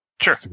Sure